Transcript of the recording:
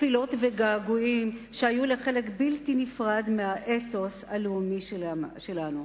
תפילות וגעגועים שהיו לחלק בלתי נפרד מהאתוס הלאומי שלנו.